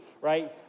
right